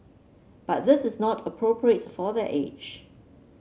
but this is not appropriate for their age